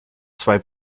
zwei